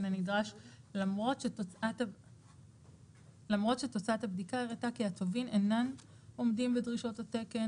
הנדרש למרות שתוצאת הבדיקה הראתה כי הטובין אינם עומדים בדרישות התקן,